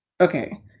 Okay